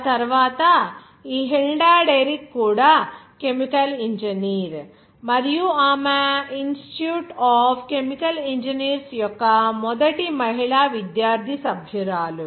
ఆ తరువాత ఈ హిల్డా డెరిక్ కూడా కెమికల్ ఇంజనీర్ మరియు ఆమె ఇన్స్టిట్యూట్ ఆఫ్ కెమికల్ ఇంజనీర్స్ యొక్క మొదటి మహిళా విద్యార్థి సభ్యురాలు